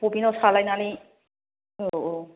बबिनआव सालायनानै औ औ